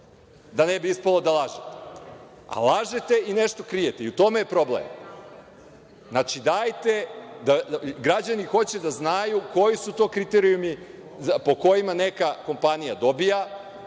da ne bi ispalo da lažete. A lažete i nešto krijete. U tome je problem. Znači, građani hoće da znaju koji su to kriterijumi po kojima neka kompanija dobija